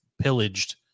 pillaged